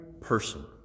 person